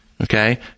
Okay